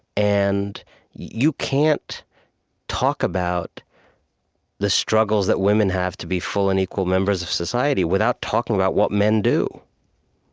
and you can't talk about the struggles that women have to be full and equal members of society without talking about what men do.